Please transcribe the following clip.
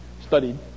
studied